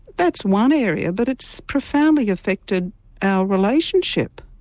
that's one area but it's profoundly affected our relationship,